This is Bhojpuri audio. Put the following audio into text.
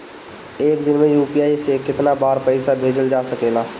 एक दिन में यू.पी.आई से केतना बार पइसा भेजल जा सकेला?